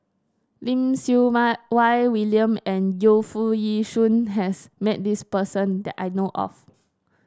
Lim Siew My Wai William and Yu Foo Yee Shoon has met this person that I know of